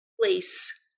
place